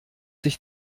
sich